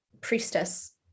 priestess